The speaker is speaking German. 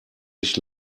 nicht